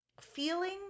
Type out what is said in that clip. Feeling